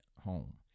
home